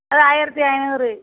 அது ஆயிரத்தி ஐந்நூறு